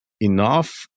enough